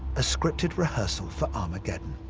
a scripted rehearsal for armageddon.